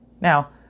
Now